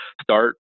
start